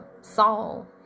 saul